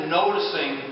noticing